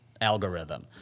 algorithm